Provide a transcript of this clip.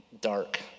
dark